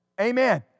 Amen